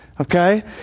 Okay